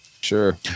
sure